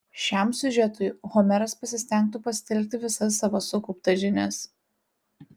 šiam siužetui homeras pasistengtų pasitelkti visas savo sukauptas žinias